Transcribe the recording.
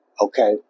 Okay